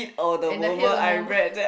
and I hear the moment